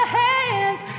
hands